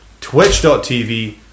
twitch.tv